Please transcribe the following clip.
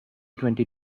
twenty